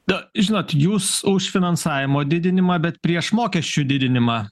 na žinot jūs už finansavimo didinimą bet prieš mokesčių didinimą